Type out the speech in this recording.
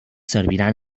serviran